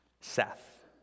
Seth